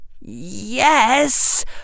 Yes